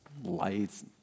lights